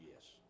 Yes